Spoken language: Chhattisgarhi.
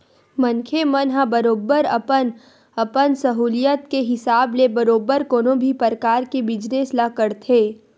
मनखे मन ह बरोबर अपन अपन सहूलियत के हिसाब ले बरोबर कोनो भी परकार के बिजनेस ल करथे